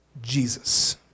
Jesus